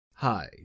Hi